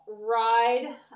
ride